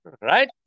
Right